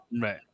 Right